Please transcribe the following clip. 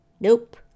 Nope